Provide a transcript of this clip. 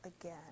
again